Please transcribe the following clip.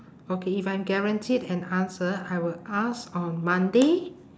okay if I'm guaranteed an answer I will ask on monday